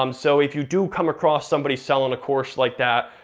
um so if you do come across somebody selling a course like that,